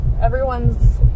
everyone's